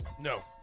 No